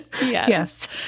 Yes